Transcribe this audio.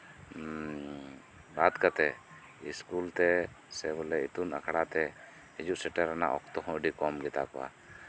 ᱵᱟᱫ ᱠᱟᱛᱮ ᱤᱥᱠᱩᱞ ᱛᱮ ᱥᱮ ᱵᱚᱞᱮ ᱤᱛᱩᱱ ᱟᱥᱲᱟ ᱛᱮ ᱦᱤᱡᱩᱜ ᱥᱮᱴᱮᱨ ᱨᱮᱱᱟᱜ ᱚᱠᱛᱚ ᱦᱚᱸ ᱟᱹᱰᱤ ᱠᱤᱢ ᱜᱮᱛᱟ ᱠᱚᱣᱟ